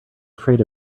afraid